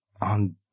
on